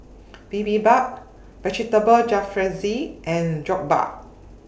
Bibimbap Vegetable Jalfrezi and Jokbal